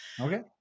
Okay